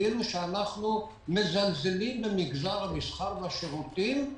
כאילו שאנחנו מזלזלים במגזר המסחר והשירותים,